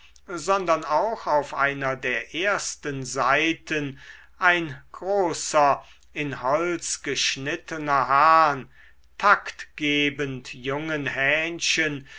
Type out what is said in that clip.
sondern auch auf einer der ersten seiten ein großer in holz geschnittener hahn taktgebend jungen hähnchen